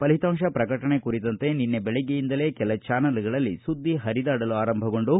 ಫಲಿತಾಂಶ ಪ್ರಕಟಣೆ ಕುರಿತಂತೆ ನಿನ್ನೆ ಬೆಳಗ್ಗೆಯಿಂದಲೇ ಕೆಲ ಚಾನೆಲ್ಗಳಲ್ಲಿ ಸುದ್ದಿ ಹರಿದಾಡಲು ಆರಂಭಗೊಂಡು